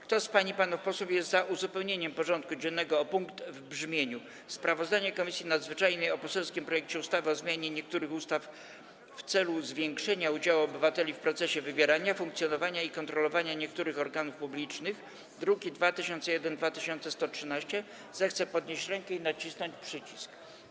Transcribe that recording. Kto z pań i panów posłów jest za uzupełnieniem porządku dziennego o punkt w brzmieniu: Sprawozdanie Komisji Nadzwyczajnej o poselskim projekcie ustawy o zmianie niektórych ustaw w celu zwiększenia udziału obywateli w procesie wybierania, funkcjonowania i kontrolowania niektórych organów publicznych, druki nr 2001 i 2113, zechce podnieść rękę i nacisnąć przycisk.